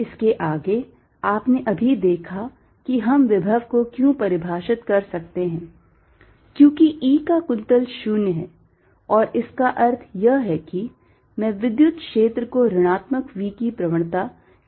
इसके आगे आपने अभी देखा कि हम विभव को क्यों परिभाषित कर सकते हैं क्योंकि E का कुंतल 0 है और इसका अर्थ यह है कि मैं विद्युत क्षेत्र को ऋणात्मक V की प्रवणता के रूप में लिख सकता हूं